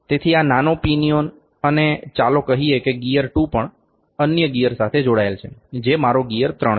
તેથી આ નાનો પિનિઓન અથવા ચાલો કહીએ કે ગિઅર 2 પણ અન્ય ગિયર સાથે જોડાયેલ છે જે મારો ગિયર 3 છે